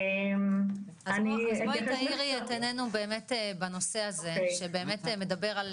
אז בואי תאירי את עינינו באמת בנושא הזה שבאמת מדבר על